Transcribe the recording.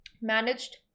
managed